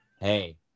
Hey